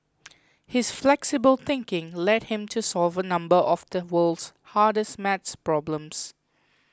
his flexible thinking led him to solve a number of the world's hardest math problems